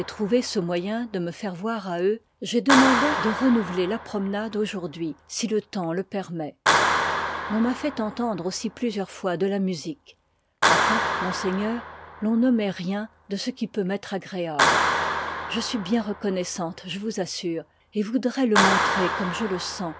ce moyen de me faire i i voir à eux j'ai demandé de renouveler la promenade aujourd'hui si le temps le permet l'on m'a fait entendre aussi plusieurs fois de la musique enfin monseigneur l'on n'omet rien de ce qui peut m'étre agréable je suis bien reconnoissanté je vous assure et voudrois le montrer comme je le sens